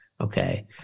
okay